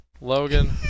Logan